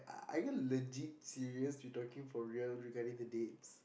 are you legit serious you talking for real regarding the dates